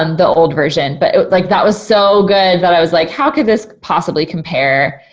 um the old version. but like, that was so good that i was like, how could this possibly compare?